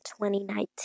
2019